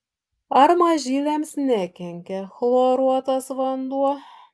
ar mažyliams nekenkia chloruotas vanduo